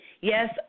yes